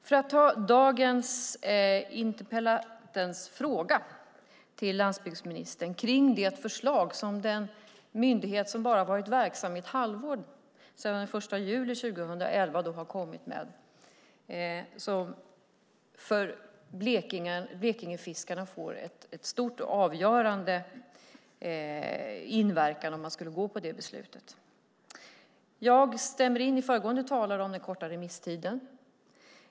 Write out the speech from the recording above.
För att ta interpellantens fråga till landsbygdsministern om det förslag som den myndighet som bara varit verksam i ett halvår, sedan den 1 juli 2011, har kommit med är det så att inverkan för Blekingefiskarna blir stor och avgörande om man går på detta beslut. Jag stämmer in i det föregående talare sagt om den korta remisstiden.